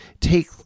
take